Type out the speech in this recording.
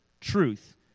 truth